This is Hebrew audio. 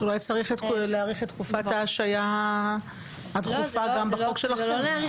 אז אולי צריך להאריך את תקופת ההשעיה הדחופה גם בחוק שלכם.